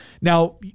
Now